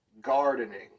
gardening